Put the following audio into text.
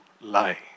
lie